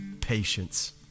Patience